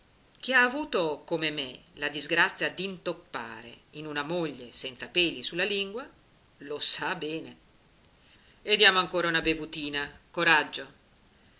chi ha avuto come me la disgrazia d'intoppare in una moglie senza peli sulla lingua lo sa bene e diamo ancora una bevutina coraggio